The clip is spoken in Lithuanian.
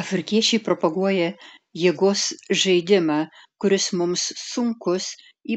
afrikiečiai propaguoja jėgos žaidimą kuris mums sunkus